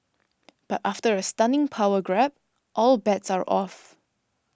but after a stunning power grab all bets are off